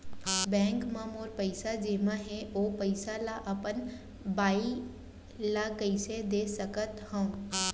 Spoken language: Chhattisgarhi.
बैंक म मोर पइसा जेमा हे, ओ पइसा ला अपन बाई ला कइसे दे सकत हव?